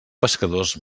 pescadors